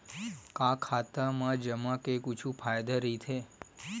का खाता मा जमा के कुछु फ़ायदा राइथे?